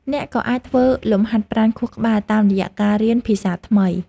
អ្នកក៏អាចធ្វើលំហាត់ប្រាណខួរក្បាលតាមរយៈការរៀនភាសាថ្មី។